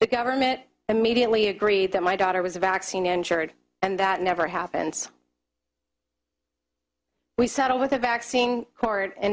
the government immediately agreed that my daughter was a vaccine ensured and that never happens we settled with the vaccine court in